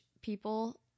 people